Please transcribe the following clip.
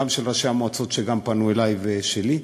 של ראשי המועצות שפנו אלי ושלי,